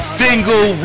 single